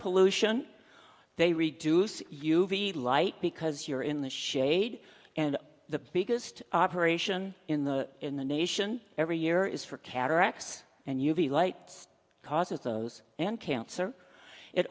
pollution they reduce u v light because you're in the shade and the biggest operation in the in the nation every year is for cataracts and u v lights causes those and cancer it